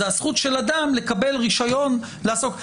זו הזכות של אדם לקבל רישיון לעסוק.